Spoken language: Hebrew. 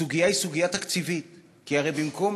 הסוגיה היא תקציבית, לא.